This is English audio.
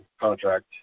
contract